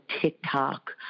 TikTok